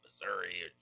Missouri